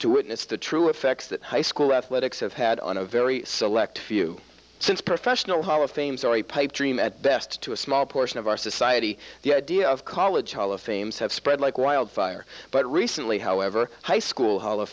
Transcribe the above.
witness the true effects that high school athletics have had on a very select few since professional hall of fames are a pipe dream at best to a small portion of our society the idea of college hall of fames have spread like wildfire but recently however high school hall of